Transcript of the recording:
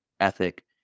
ethic